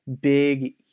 big